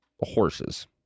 horses